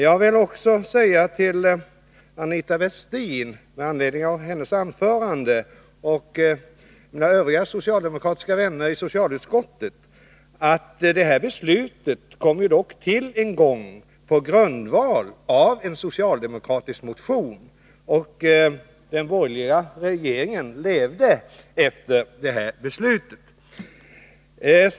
Jag vill med anledning av hennes anförande säga till Aina Westin och mina övriga socialdemokratiska vänner i socialutskottet att detta beslut dock kom till på grundval av en socialdemokratisk motion. Den borgerliga regeringen levde efter detta beslut.